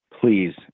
Please